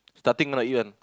starting right